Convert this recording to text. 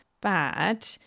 bad